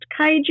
kaiju